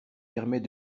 permet